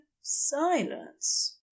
silence